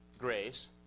grace